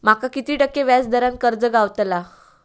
माका किती टक्के व्याज दरान कर्ज गावतला?